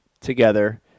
together